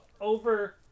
over